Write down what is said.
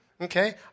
okay